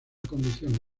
condición